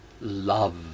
love